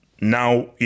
Now